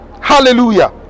hallelujah